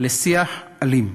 לשיח אלים.